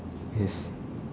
yes